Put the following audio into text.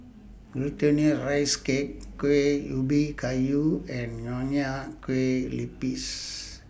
Glutinous Rice Cake Kuih Ubi Kayu and Nonya Kueh Lapis